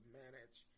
manage